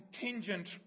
contingent